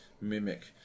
mimic